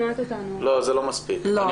ברזילי במשמרת ערב יש רק איש מעבדה אחד.